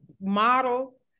model